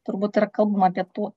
turbūt yra kalbama apie tuo